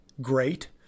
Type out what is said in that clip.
great